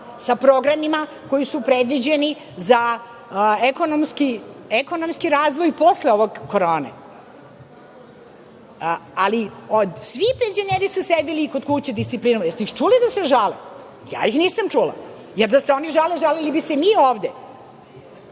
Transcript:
sa programima koji su predviđeni za ekonomski razvoj posle ove Korone, ali, svi penzioneri su sedeli kod kuće disciplinovani. Jeste li ih čuli da se žale? Ja ih nisam čula. Jer, da se oni žale, žalili bismo se i mi ovde.